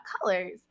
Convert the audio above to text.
colors